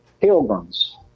Pilgrims